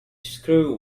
screw